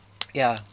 ya